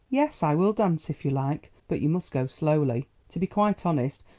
yes, i will dance if you like, but you must go slowly to be quite honest,